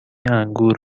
انگور